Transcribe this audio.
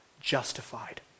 justified